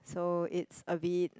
so it's a bit